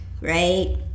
right